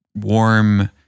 warm